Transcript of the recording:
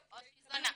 או שהיא זונה.